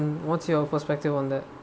what's your perspective on that